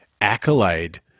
accolade